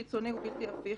עונש קיצוני ובלתי הפיך,